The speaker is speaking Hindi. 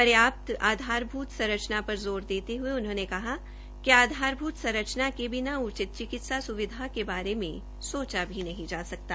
प्रर्याप्त आधारभूत संचना पर जोर देते हुए उन्होंने कहा कि आधारभूत संरचना के बिना उचित चिकित्सा सुविधा के बारे में सोचा भी नहीं जा सकता